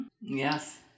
Yes